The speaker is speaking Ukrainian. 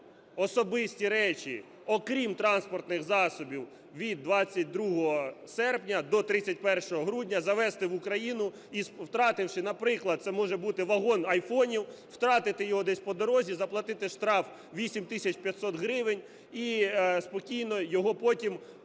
особисті речі, окрім транспортних засобів, від 22 серпня до 31 грудня завезти в Україну і, втративши, наприклад, це може бути вагон айфонів, втратити його десь по дорозі, заплатити штраф 8 тисяч 500 гривень і спокійно його потім